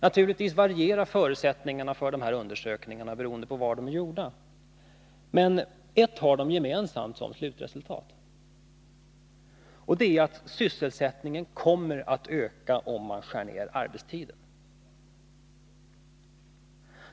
Naturligtvis varierar förutsättningarna från land till land, men ett har de gemensamt som slutresultat: sysselsättningen kommer att öka om man skär ner arbetstiden.